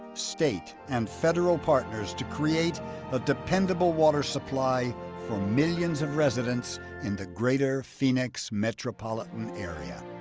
state and federal partners to create a dependable water supply for millions of residents in the greater phoenix metropolitan area.